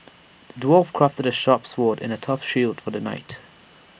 the dwarf crafted A sharp sword and A tough shield for the knight